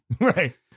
right